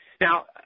Now –